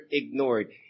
ignored